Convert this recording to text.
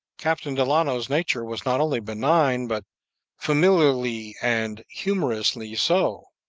captain delano's nature was not only benign, but familiarly and humorously so.